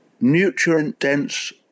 Nutrient-dense